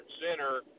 center